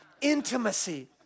Intimacy